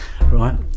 right